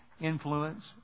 influence